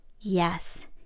yes